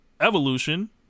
Evolution